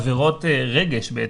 עבירות רגש בעצם.